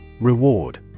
Reward